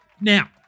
now